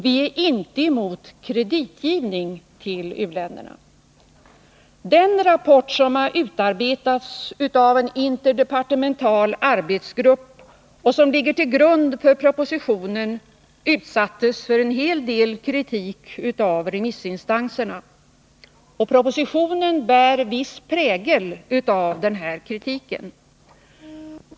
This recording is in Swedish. Vi är inte emot kreditgivning till u-länderna. Den rapport som har utarbetats av en interdepartemental arbetsgrupp och som ligger till grund för propositionen utsattes för en hel del kritik av remissinstanserna. Propositionen bär viss prägel av den här kritiken.